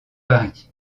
paris